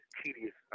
tedious